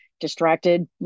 distracted